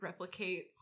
replicates